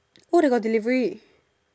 oh they got delivery